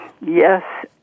Yes